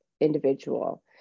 individual